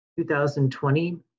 2020